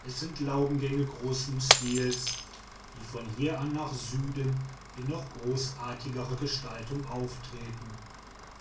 es sind laubengänge großen stils die von hier an nach süden in noch großartigerer gestaltung auftreten